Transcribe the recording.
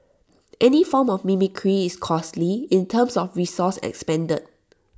any form of mimicry is costly in terms of resources expended